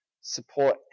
support